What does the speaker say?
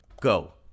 go